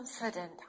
confident